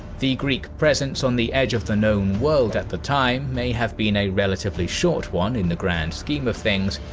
the greek presence on the edge of the known world at the time may have been a relatively short one, in the grand scheme of things,